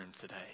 today